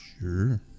Sure